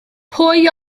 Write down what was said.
pwy